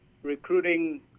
Recruiting